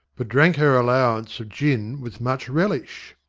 but drank her allowance of gin with much relish,